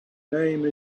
name